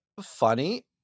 funny